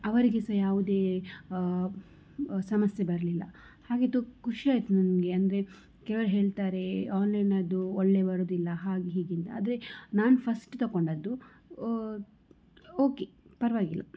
ಅವರಿಗೆ ಸಹ ಯಾವುದೇ ಸಮಸ್ಯೆ ಬರಲಿಲ್ಲ ಹಾಗೆ ತು ಖುಷಿ ಆಯಿತು ನನಗೆ ಅಂದರೆ ಕೆಲವರು ಹೇಳ್ತಾರೆ ಆನ್ಲೈನದ್ದು ಒಳ್ಳೆ ಬರೋದಿಲ್ಲ ಹಾಗೆ ಹೀಗೆ ಅಂತ ಆದರೆ ನಾನು ಫಸ್ಟ್ ತಕೊಂಡದ್ದು ಓಕೆ ಪರವಾಗಿಲ್ಲ